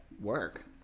work